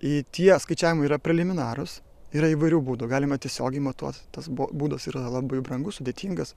į tie skaičiavim yra preliminarūs yra įvairių būdų galima tiesiogiai matuoti tas buvo būdas yra labai brangus sudėtingas